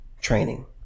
training